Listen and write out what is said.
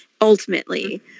ultimately